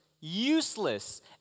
useless